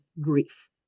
grief